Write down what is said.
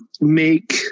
make